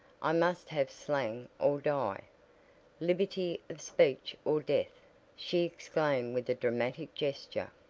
i must have slang or die liberty of speech or death she exclaimed with a dramatic gesture.